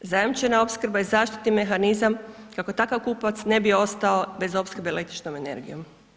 Zajamčena opskrba je zaštitni mehanizam kako takav kupac ne bi ostao bez opskrbe električnom energijom.